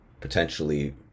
potentially